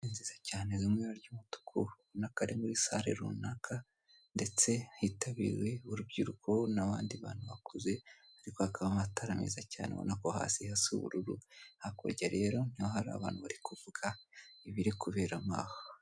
Nziza cyane zinmwera ry'umutuku ubona ko ari muri sale runaka ndetse hitabiriwe urubyiruko n'abandi bantu bakuze harikwaka amatara meza cyane ubona ko hasi hasi ubururu, hakurya rero niho hari abantu bari kuvuga ibiri kuberamo aha.